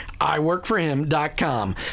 iWorkForHim.com